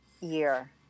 year